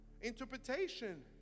Interpretation